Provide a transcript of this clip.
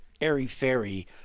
airy-fairy